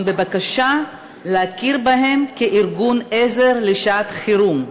בבקשה להכיר בהם כארגון עזר לשעת-חירום.